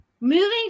moving